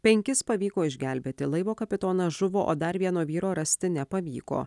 penkis pavyko išgelbėti laivo kapitonas žuvo o dar vieno vyro rasti nepavyko